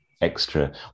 extra